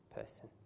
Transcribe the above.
person